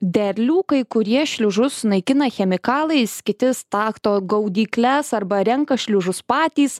derlių kai kurie šliužus naikina chemikalais kiti stato gaudykles arba renka šliužus patys